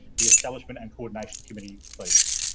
the establishment and coordination committee, please.